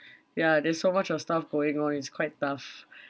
ya there's so much of stuff going on it's quite tough